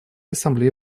ассамблея